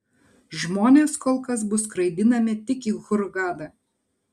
žmonės kol kas bus skraidinami tik į hurgadą